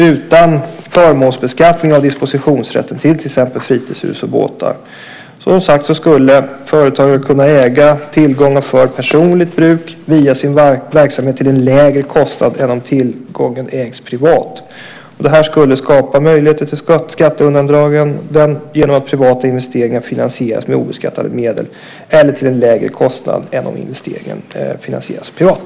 Utan förmånsbeskattning av dispositionsrätten för till exempel fritidshus och båtar skulle företagen kunna äga tillgångar för personligt bruk via sin verksamhet till en lägre kostnad än när tillgången ägs privat. Det här skulle skapa möjligheter till skatteundandraganden genom att privata investeringar finansieras med obeskattade medel eller till en lägre kostnad än om investeringen finansieras privat.